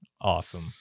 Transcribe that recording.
Awesome